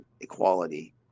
equality